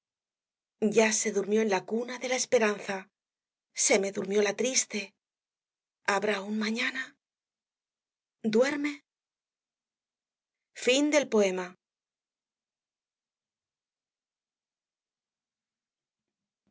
ya se durmió en la cuna de la esperanza se me durmió la triste habrá un mañana duerme